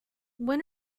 when